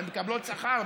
והן מקבלות שכר,